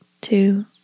two